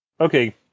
Okay